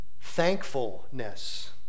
thankfulness